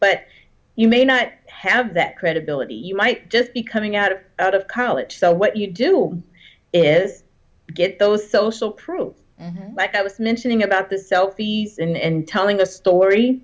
but you may not have that credibility you might just be coming out of out of college so what you do is get those social proof like i was mentioning about this sophie's and telling the story